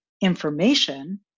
information